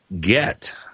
get